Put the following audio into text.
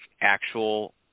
actual